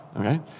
Okay